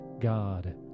God